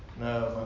No